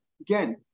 Again